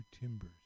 timbers